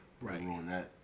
Right